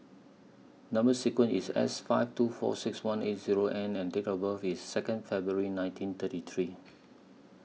Number sequence IS S five two four six one eight Zero N and Date of birth IS Second February nineteen thirty three